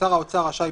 שר האוצר רשאי,